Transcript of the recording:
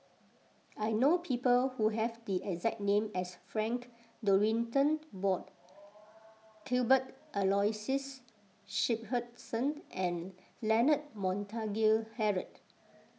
I know people who have the exact name as Frank Dorrington Ward Cuthbert Aloysius Shepherdson and Leonard Montague Harrod